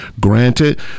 Granted